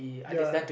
ya